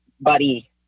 buddy